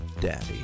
Daddy